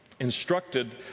Instructed